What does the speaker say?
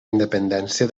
independència